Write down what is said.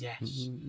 yes